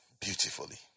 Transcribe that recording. Beautifully